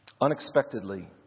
Unexpectedly